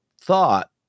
thought